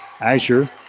Asher